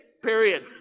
period